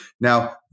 Now